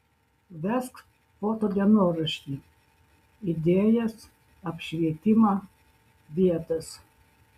vesk foto dienoraštį idėjas apšvietimą vietas